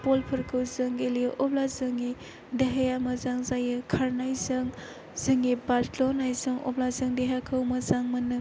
बलफोरखौ जों गेलेयो अब्ला जोंनि देहाया मोजां जायो खारनायजों जोंनि बाज्ल'नायजों अब्ला जों देहाखौ मोजां मोनो